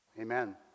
amen